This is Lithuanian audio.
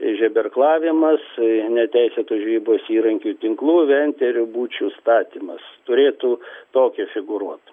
žeberklavimas neteisėtos žvejybos įrankių tinklų venterių būčių statymas turėtų tokie figūruoti